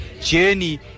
journey